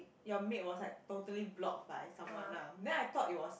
your maid was like totally blocked by someone lah then I thought it was